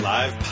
Live